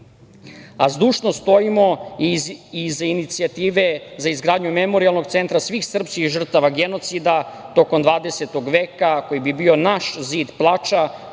Srbije. Zdušno stojimo iza inicijative za izgradnju memorijalnog centra svih srpskih žrtava genocida tokom 20. veka koji bi bio naš „zid plača“